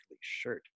shirt